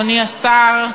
אדוני השר,